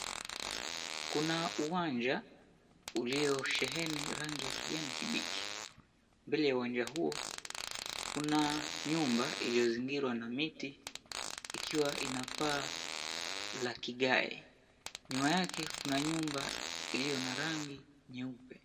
Kuna uwanja uliosheheni rangi ya kijani kibichi. Mbele ya uwanja huo, kuna nyumba iliyozingirwa na miti, ikiwa inapaa la kigae. Nyuma yake kuna nyumba iliyo na rangi nyeupe.